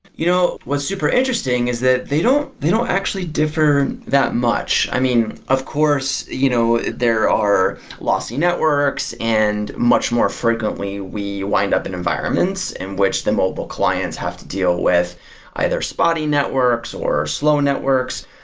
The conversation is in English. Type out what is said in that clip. you know what's super interesting is that they don't they don't actually differ that much. i mean, of course, you know there are lossy networks, and much more frequently we wind up in environments in which the mobile clients have to deal with either spotty networks, or slow networks.